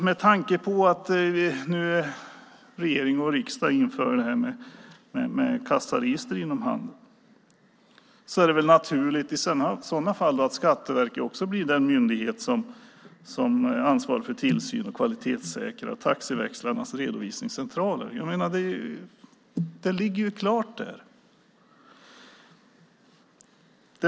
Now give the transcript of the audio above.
Med tanke på att regering och riksdag inför kassaregister inom handeln är det väl naturligt att Skatteverket blir den myndighet som ansvarar för tillsyn och för kvalitetssäkring av taxiväxlarnas redovisningscentraler. Det där ligger ju så att säga klart.